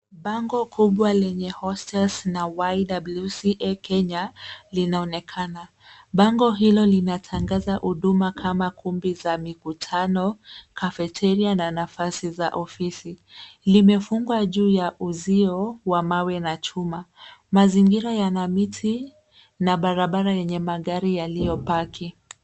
Bango kubwa lenye hostels na YWCA Kenya linaonekana. Bango hilo linatangaza huduma kama kumbi za mikutano, cafeteria na nafasi za ofisi. Limefungwa juu ya uzio wa mawe na chuma. Mazingira yana miti na barabara yenye magari yaliyopaki.